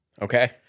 Okay